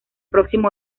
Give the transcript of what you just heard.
próximo